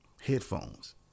headphones